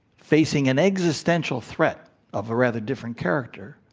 facing an existential threat of a rather different character,